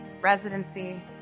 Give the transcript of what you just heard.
residency